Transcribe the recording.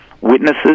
witnesses